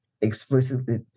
explicitly